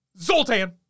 Zoltan